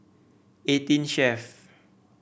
Eighteen Chef